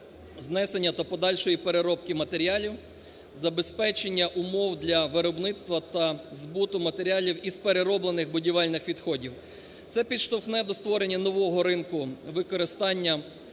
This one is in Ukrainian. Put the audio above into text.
знесення та подальшої переробки матеріалів, забезпечення умов для виробництва та збуту матеріалів із перероблених будівельних відходів. Це підштовхне до створення нового ринку використання